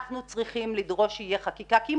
אנחנו צריכים לדרוש שתהיה חקיקה כי אם